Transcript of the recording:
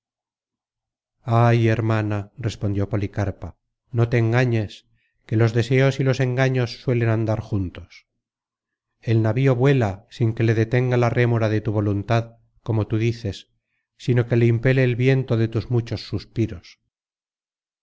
ay hermana respondió policarpa no te engañes que los deseos y los engaños suelen andar juntos el navío vuela sin que le detenga la rémora de tu voluntad como tú dices sino que le impele el viento de tus muchos suspiros